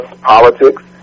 politics